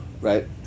right